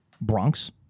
Bronx